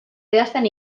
idazten